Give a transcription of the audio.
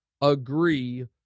Agree